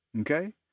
Okay